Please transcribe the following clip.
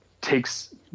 takes –